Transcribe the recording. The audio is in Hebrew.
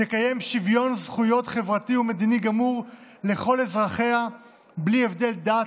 תקיים שוויון זכויות חברתי ומדיני גמור לכל אזרחיה בלי הבדל דת,